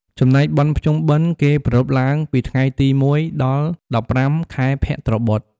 ចំណែកបុណ្យភ្ជុំបិណ្ឌ គេប្រារព្ធឡើងពីថ្ងៃទី ១ ដល់ ១៥ខែភទ្របទ ។